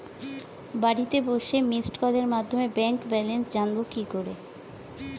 বাড়িতে বসে মিসড্ কলের মাধ্যমে ব্যাংক ব্যালেন্স জানবো কি করে?